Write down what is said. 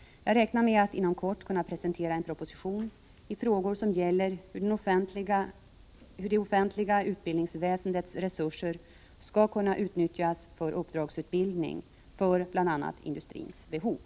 Jag räknar med att inom kort kunna presentera en proposition om frågor som gäller hur det Om åtgärder för att offentliga utbildningsväsendets resurser skall kunna utnyttjas för uppdragskomma tillrätta utbildning för bl.a. industrins behov.